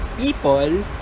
people